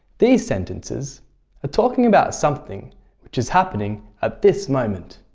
these sentences are talking about something which is happening at this moment.